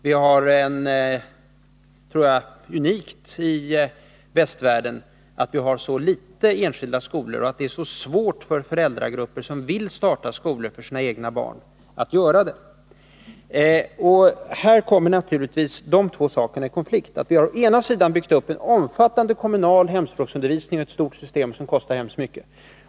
Jag tror det är unikt i västvärlden att vi har så få enskilda skolor och att det är så svårt för föräldragrupper som vill starta skolor för sina egna barn att få göra det. Här kommer naturligvis två saker i konflikt med varandra. Vi har å ena sidan byggt upp en omfattande kommunal hemspråksundervisning — ett stort system som kostar väldigt mycket.